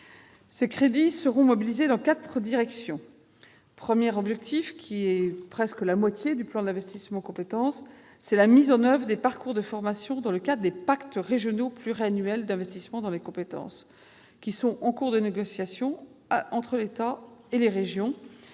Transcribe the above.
Ces crédits seront mobilisés selon quatre orientations. Le premier objectif, qui correspond à près de la moitié du plan d'investissement compétences, est la mise en oeuvre des parcours de formation dans le cadre des pactes régionaux pluriannuels d'investissement dans les compétences, qui sont en cours de négociation entre l'État et les régions